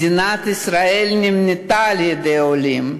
מדינת ישראל נבנתה על-ידי עולים.